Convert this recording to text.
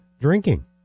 drinking